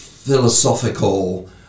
philosophical